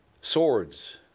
swords